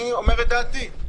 אני אומר את דעתי.